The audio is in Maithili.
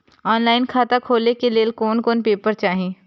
ऑनलाइन खाता खोले के लेल कोन कोन पेपर चाही?